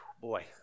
Boy